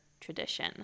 tradition